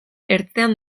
ertzean